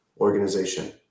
organization